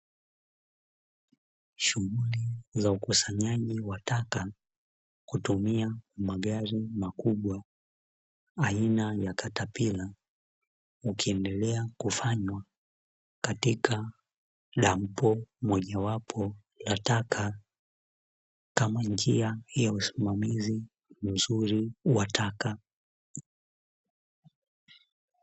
Shughuli za ukusanyaji wa taka kutumia magari makubwa aina ya katapila, ukiendelea kufanywa katika dampo mojawapo la taka kama njia ya usimamizi mzuri wa taka.